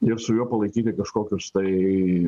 ir su juo palaikyti kažkokius tai